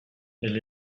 elle